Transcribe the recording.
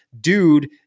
dude